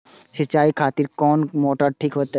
सीचाई खातिर कोन मोटर ठीक होते?